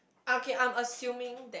okay I'm assuming